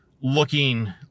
looking